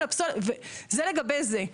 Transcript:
זה לגבי זה.